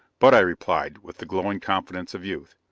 but, i replied, with the glowing confidence of youth,